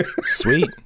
sweet